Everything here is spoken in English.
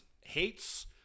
hates